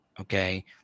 okay